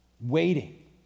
waiting